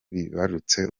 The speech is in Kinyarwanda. bibarutse